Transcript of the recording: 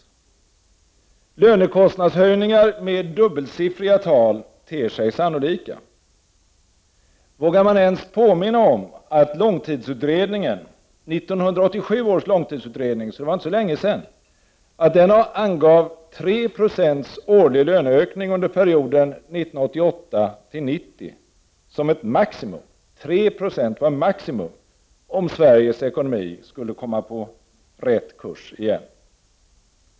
Lönekostnadshöjningar med dubbelsiffriga tal ter sig sannolika. Vågar man ens påminna om att 1987 års långtidsutredning angav 3 70 årlig löneökning under perioden 1988-1990 som ett maximum, om Sveriges ekonomi skulle komma på rätt kurs igen?